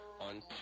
on